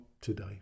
today